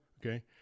okay